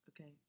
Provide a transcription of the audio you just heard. okay